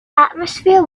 atmosphere